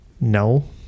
No